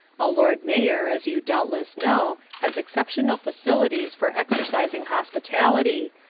a lord mayor, as you doubtless know, has exceptional facilities for exercising hospitality,